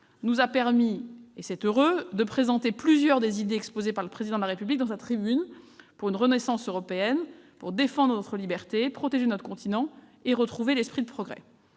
nous a permis, et c'est heureux, de présenter plusieurs des idées exposées par le Président de la République dans sa tribune pour une renaissance européenne pour défendre notre liberté, protéger notre continent et retrouver l'esprit de progrès.